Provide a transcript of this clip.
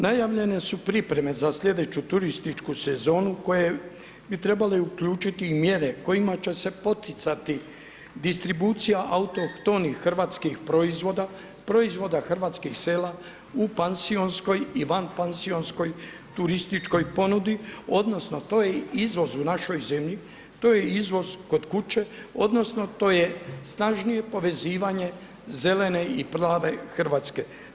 Najavljene su pripreme za slijedeću turističku sezonu koje bi trebale uključiti i mjere kojima će se poticati distribucija autohtonih hrvatskih proizvoda, proizvoda hrvatskih sela u pansionskoj i van pansionskoj turističkoj ponudi odnosno to je izvoz u našoj zemlji, to je izvoz kod kuće, odnosno to je snažnije povezivanje zelene i plave Hrvatske.